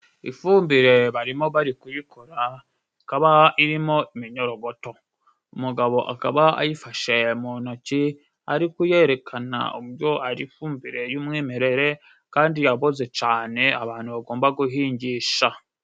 Ifumbire barimo bari kuyikora ikaba irimo iminyorogoto. Umugabo akaba ayifashe mu ntoki ari kuyerekana ubwo ari ifumbire y'umwimerere kandi yaboze cane abantu bagomba guhingisha.